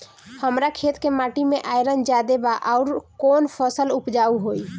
हमरा खेत के माटी मे आयरन जादे बा आउर कौन फसल उपजाऊ होइ?